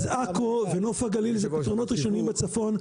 אז עכו ונוף הגליל זה פתרונות ראשונים בצפון,